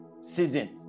season